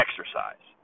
exercise